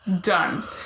done